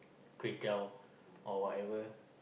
kway-teow or whatever